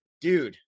Dude